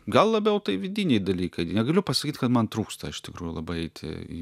gal labiau tai vidiniai dalykai negaliu pasakyt kad man trūksta iš tikrųjų labai eiti į